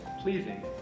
pleasing